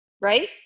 right